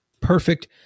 perfect